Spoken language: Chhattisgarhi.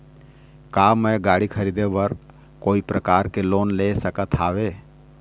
का मैं गाड़ी खरीदे बर कोई प्रकार के लोन ले सकत हावे?